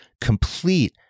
complete